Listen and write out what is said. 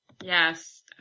Yes